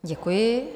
Děkuji.